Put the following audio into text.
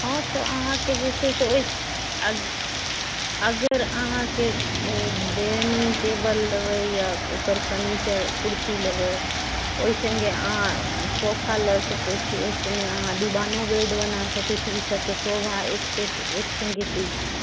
हँ तऽ अहाँके जे छै से ओहि अऽ अगर अहाँके ओ डेनिङ्ग टेबल लेबै या ओकर फर्नीचर कुर्सी लेबै ओहि सङ्गे अहाँ सोफा लऽ सकैत छी ओहि सङ्गे अहाँ दिबानो बेड बना सकैत छी ई सब तऽ सोभा एक सेट एक सङ्गे दै छै